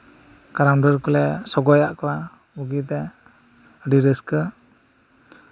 ᱠᱟᱨᱟᱢ ᱰᱟᱹᱨ ᱠᱚᱞᱮ ᱥᱚᱜᱚᱭ ᱟᱫ ᱠᱚᱣᱟ ᱵᱩᱜᱤᱛᱮ ᱟᱹᱰᱤ ᱨᱟᱹᱥᱠᱟᱹ